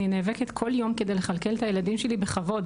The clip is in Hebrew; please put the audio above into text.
אני נאבקת כל יום כדי לכלכל את הילדים שלי בכבוד.